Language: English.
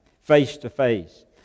face-to-face